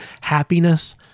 happiness